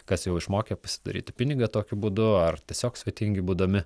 kas jau išmokę pasidaryti pinigą tokiu būdu ar tiesiog svetingi būdami